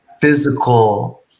physical